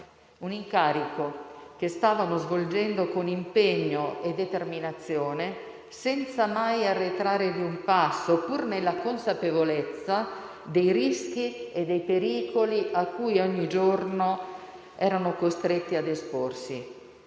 un incarico che stavano svolgendo con impegno e determinazione, senza mai arretrare di un passo, pur nella consapevolezza dei rischi e dei pericoli a cui ogni giorno erano costretti a esporsi.